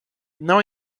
não